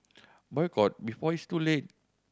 boycott before it's too late